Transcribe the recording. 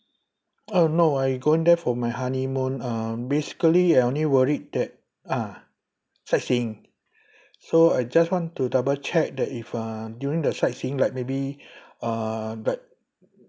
uh no I'm going there for my honeymoon um basically I only worried that ah sightseeing so I just want to double check that if uh during the sightseeing like maybe uh like